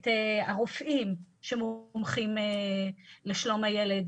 את הרופאים שמומחים לשלום הילד,